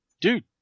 dude